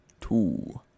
two